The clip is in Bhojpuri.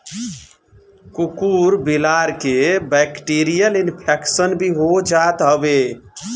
कुकूर बिलार के बैक्टीरियल इन्फेक्शन भी हो जात हवे